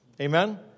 Amen